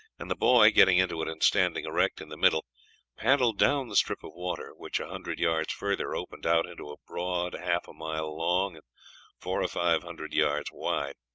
and the boy, getting into it and standing erect in the middle paddled down the strip of water which a hundred yards further opened out into a broad half a mile long and four or five hundred yards wide.